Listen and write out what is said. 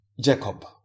Jacob